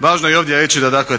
Važno je ovdje reći da dakle